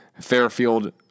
Fairfield